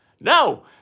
No